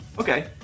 Okay